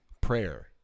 Prayer